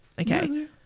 Okay